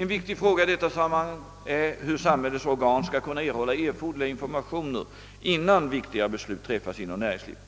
En viktig fråga i detta sammanhang är hur samhällets organ skall kunna erhålla erforderliga informationer innan viktigare beslut träffas inom näringslivet.